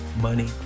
money